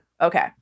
Okay